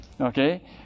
Okay